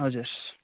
हजुर